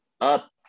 up